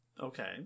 Okay